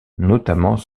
notamment